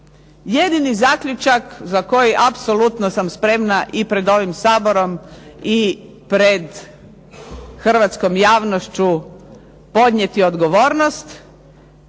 Jedini zaključak za koji apsolutno sam spremna i pred ovim Saborom i pred hrvatskom javnošću podnijeti odgovornost,